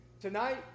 Tonight